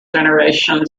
generation